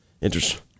interest